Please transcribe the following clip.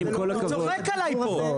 הוא צוחק עליי פה.